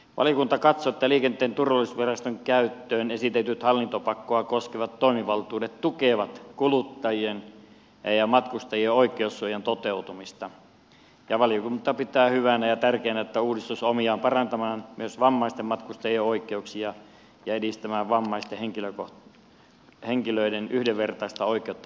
valiokunta katsoo että liikenteen turvallisuusviraston käyttöön esitetyt hallintopakkoa koskevat toimivaltuudet tukevat kuluttajien ja matkustajien oikeussuojan toteutumista ja valiokunta pitää hyvänä ja tärkeänä että uudistus on omiaan parantamaan myös vammaisten matkustajien oikeuksia ja edistämään vammaisten henkilöiden yhdenvertaista oikeutta